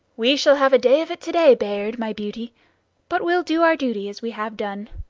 we shall have a day of it to-day, bayard, my beauty but we'll do our duty as we have done